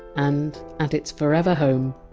and at its forever home,